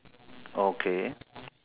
okay